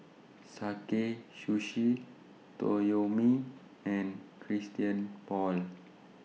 Sakae Sushi Toyomi and Christian Paul